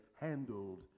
handled